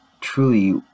Truly